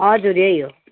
हजुर यही हो